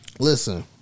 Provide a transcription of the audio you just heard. Listen